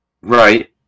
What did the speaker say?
Right